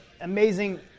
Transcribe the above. amazing